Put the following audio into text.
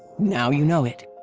now you know it!